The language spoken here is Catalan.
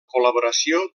col·laboració